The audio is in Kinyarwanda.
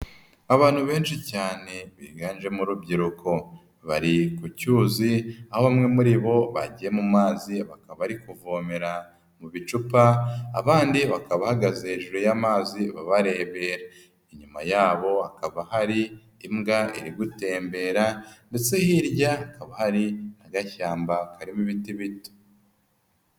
Abantu benshi cyane biganjemo urubyiruko bari ku cyuzi aho bamwe muri bo bagiye mu mazi bakaba bari kuvomera mu bicupa abandi bakaba bahagaze hejuru y'amazi babarebera, inyuma yabo hakaba hari imbwa iri gutembera ndetse hirya hari agashyamba karimo ibiti bito.